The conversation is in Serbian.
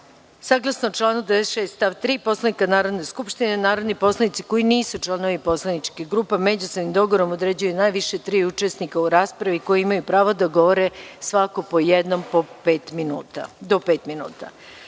minuta. Saglasno članu 96. stav 3. Poslovnika Narodne skupštine, narodni poslanici koji nisu članovi poslaničkih grupa, međusobnim dogovorom određuju najviše tri učesnika u raspravi, koji imaju pravo da govore svako po jednom, do pet minuta. Molim